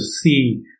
see